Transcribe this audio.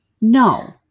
No